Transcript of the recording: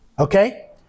Okay